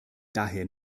daher